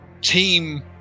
team